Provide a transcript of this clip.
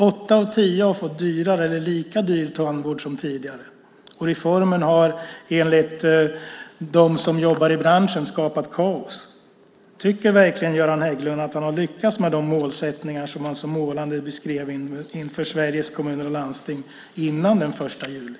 Åtta av tio har fått dyrare eller lika dyr tandvård som tidigare, och reformen har enligt dem som jobbar i branschen skapat kaos. Tycker verkligen Göran Hägglund att han har lyckats med de målsättningar som han så målande beskrev inför Sveriges Kommuner och Landsting före den 1 juli?